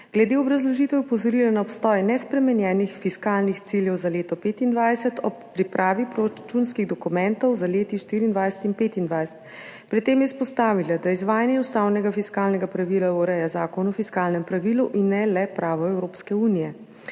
Glede obrazložitve je opozorila na obstoj nespremenjenih fiskalnih ciljev za leto 2025 ob pripravi proračunskih dokumentov za leti 2024 in 2025. Pri tem je izpostavila, da izvajanje ustavnega fiskalnega pravila ureja Zakon o fiskalnem pravilu in ne le pravo Evropske unije.